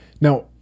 Now